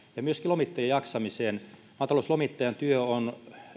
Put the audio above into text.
myöskin lomittajien jaksamisen maatalouslomittajan työ on